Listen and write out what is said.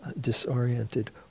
disoriented